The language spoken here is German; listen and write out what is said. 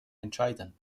entscheiden